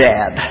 Dad